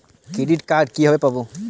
Credit card কিভাবে পাব?